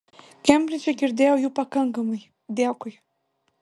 kembridže girdėjau jų pakankamai dėkui